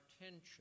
attention